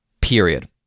period